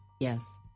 Yes